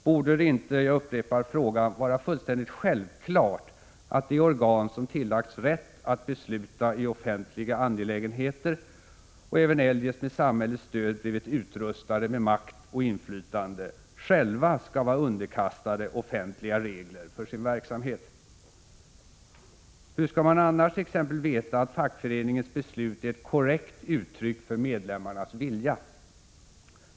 Borde det inte — jag upprepar frågan — vara fullkomligt självklart att de organ, som tillagts rätt att besluta i offentliga angelägenheter och även eljest med samhällets stöd blivit utrustade med makt och inflytande, själva skall vara underkastade offentliga regler för sin verksamhet? Hur skall man annars t.ex. veta att fackföreningens beslut är ett korrekt uttryck för medlemmarnas vilja?